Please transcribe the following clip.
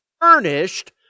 furnished